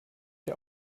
der